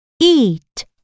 Eat